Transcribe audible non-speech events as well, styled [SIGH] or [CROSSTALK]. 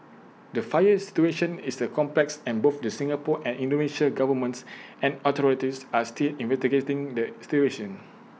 the fire situation is the complex and both the Singapore and Indonesia governments and authorities are still investigating the [UNINTELLIGIBLE]